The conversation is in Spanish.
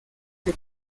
que